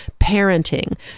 parenting